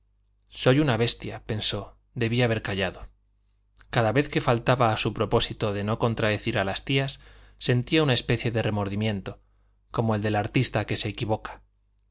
soy una bestia pensó debí haber callado cada vez que faltaba a su propósito de no contradecir a las tías sentía una especie de remordimiento como el del artista que se equivoca